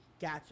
Gotcha